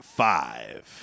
five